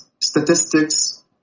statistics